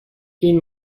این